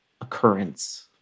occurrence